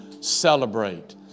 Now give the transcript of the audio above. celebrate